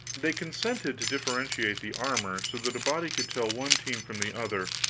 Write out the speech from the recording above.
they consented to differentiate the armor so that a body could tell one team from the other,